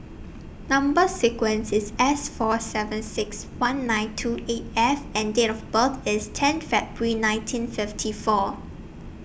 Number sequence IS S four seven six one nine two eight F and Date of birth IS ten February nineteen fifty four